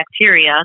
bacteria